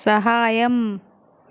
సహాయం